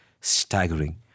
staggering